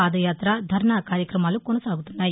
పాదయాఁత ధర్నా కార్యక్రమాలు కొనసాగుతున్నాయి